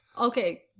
okay